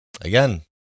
Again